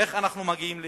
איך אנחנו מגיעים להסכם?